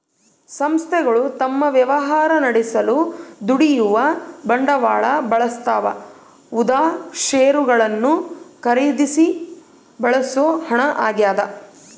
ಸಂಸ್ಥೆಗಳು ತಮ್ಮ ವ್ಯವಹಾರ ನಡೆಸಲು ದುಡಿಯುವ ಬಂಡವಾಳ ಬಳಸ್ತವ ಉದಾ ಷೇರುಗಳನ್ನು ಖರೀದಿಸಾಕ ಬಳಸೋ ಹಣ ಆಗ್ಯದ